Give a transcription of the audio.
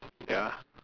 ya